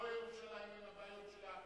לא ירושלים עם הבעיות שלה,